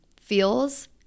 feels